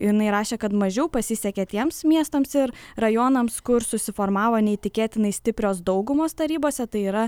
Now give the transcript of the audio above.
jinai rašė kad mažiau pasisekė tiems miestams ir rajonams kur susiformavo neįtikėtinai stiprios daugumos tarybose tai yra